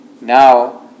now